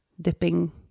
dipping